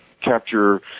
capture